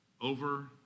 over